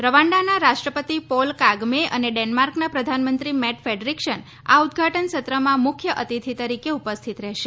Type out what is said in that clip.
રવાંડાના રાષ્ટ્રપતિ Paul Kagame અને ડેનમાર્કના પ્રધાનમંત્રી મેટ ફેડરીકશન આ ઉદઘાટન સત્રમાં મુખ્ય અતિથિ તરીકે ઉપસ્થિત રહેશે